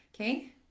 Okay